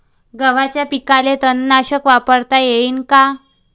गव्हाच्या पिकाले तननाशक वापरता येईन का?